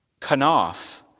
Kanaf